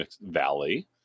Valley